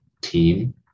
team